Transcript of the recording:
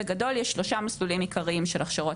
בגדול יש שלושה מסלולים עיקריים של הכשרות